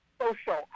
social